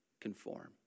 conform